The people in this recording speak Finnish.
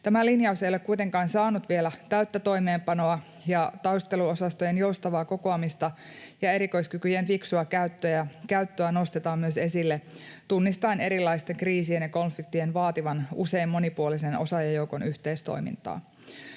Tämä linjaus ei ole kuitenkaan saanut vielä täyttä toimeenpanoa, ja taisteluosastojen joustavaa kokoamista ja erikoiskykyjen fiksua käyttöä nostetaan myös esille tunnistaen erilaisten kriisien ja konfliktien vaativan usein monipuolisen osaajajoukon yhteistoimintaa.